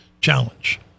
challenge